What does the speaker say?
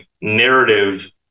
narrative